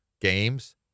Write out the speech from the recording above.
games